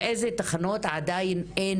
ובאילו תחנות עדיין אין